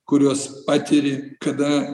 kuriuos patiri kada